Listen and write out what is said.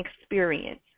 experience